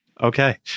okay